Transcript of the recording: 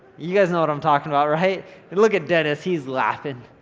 you guys know what i'm talking about, right? and look at dennis, he's laughing.